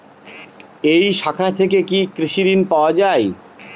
এই শাখা থেকে কি কৃষি ঋণ পাওয়া যায়?